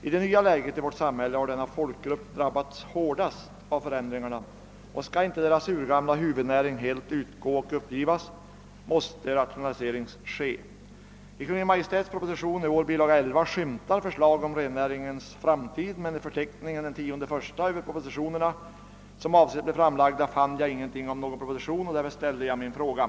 I det nya läget i vårt samhälle har denna folkgrupp drabbats hårdast av förändringarna. Om samerna inte skall tvingas att helt uppgiva sin urgamla huvudnäring måste en rationalisering ske. I årets statsverksproposition, bilaga 11, skymtar förslag om rennäringens framtid, men i förteckningen den 10 januari över de propositioner som avses bli framlagda fann jag ingenting om något förslag i detta avseende, och därför ställde jag min fråga.